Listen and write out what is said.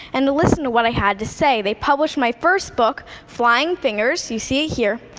and to listen to what i had to say. they published my first book, flying fingers, you see it here.